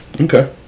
Okay